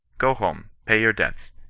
go home. pay your debts.